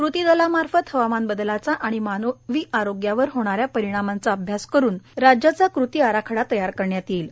कृती दला मार्फत हवामान बदलाचा आणि मानवी आरोग्यावर होणाऱ्या परिणामांचा अभ्यास करुन राज्याचा कृती आराखडा तयार करण्यात येईल